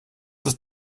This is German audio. ist